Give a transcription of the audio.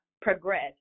progress